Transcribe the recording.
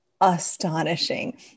astonishing